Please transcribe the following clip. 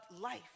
life